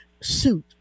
suit